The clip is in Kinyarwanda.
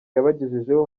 yabagejejeho